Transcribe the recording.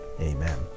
amen